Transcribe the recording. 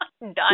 Done